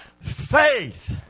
faith